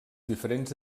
diferents